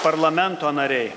parlamento nariai